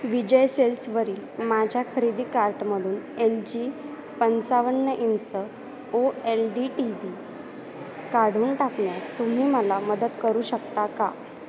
विजय सेल्सवरील माझ्या खरेदी कार्टमधून एल जी पंचावन्न inch O L D T V काढून टाकण्यास तुम्ही मला मदत करू शकता का